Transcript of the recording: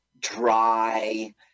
dry